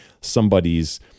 somebody's